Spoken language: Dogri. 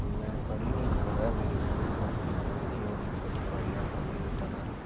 में पढ़ी बी सकदा हुन मेरी उमर बी काफी होई दी खेती बाह्ड़िया दा कम्म करना घर